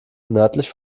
nördlich